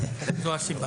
זו הסיבה...